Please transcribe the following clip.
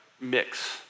mix